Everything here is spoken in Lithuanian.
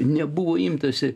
nebuvo imtasi